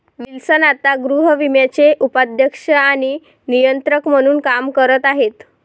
Wilson आता गृहविम्याचे उपाध्यक्ष आणि नियंत्रक म्हणून काम करत आहेत